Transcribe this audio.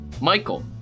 michael